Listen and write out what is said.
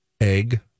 egg